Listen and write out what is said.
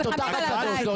הם נלחמים על הבית.